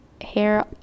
hair